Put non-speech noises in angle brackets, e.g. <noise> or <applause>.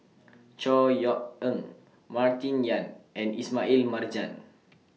<noise> Chor Yeok Eng Martin Yan and Ismail Marjan